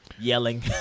yelling